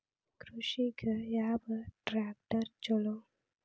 ಕೃಷಿಗ ಯಾವ ಟ್ರ್ಯಾಕ್ಟರ್ ಛಲೋ?